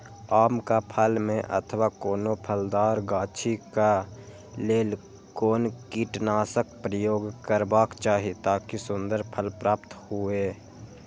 आम क फल में अथवा कोनो फलदार गाछि क लेल कोन कीटनाशक प्रयोग करबाक चाही ताकि सुन्दर फल प्राप्त हुऐ?